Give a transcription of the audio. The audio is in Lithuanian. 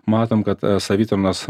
matom kad savitarnos